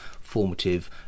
formative